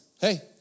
hey